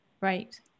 Right